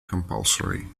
compulsory